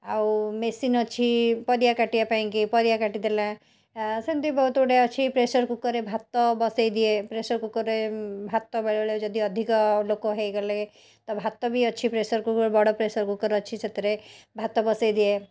ଆଉ ମେସିନ୍ ଅଛି ପରିବା କାଟିବା ପାଇଁକି ପରିବା କାଟି ଦେଲା ସେମିତି ବହୁତ ଗୁଡ଼ିଏ ଅଛି ପ୍ରେସର୍ କୁକର୍ ରେ ଭାତ ବସାଇଦିଏ ପ୍ରେସର୍ କୁକର୍ ରେ ଉଁ ଭାତ ବେଳେବେଳେ ଯଦି ଅଧିକ ଲୋକ ହେଇଗଲେ ତ ଭାତ ବି ଅଛି ପ୍ରେସର୍ କୁକର୍ ବଡ଼ ପ୍ରେସର୍ କୁକର୍ ଅଛି ସେଥିରେ ଭାତ ବସାଇ ଦିଏ